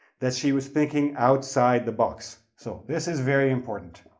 that she was thinking outside the box. so, this is very important.